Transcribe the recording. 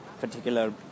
particular